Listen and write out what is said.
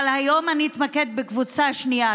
אבל היום אני אתמקד בקבוצה השנייה,